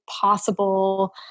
possible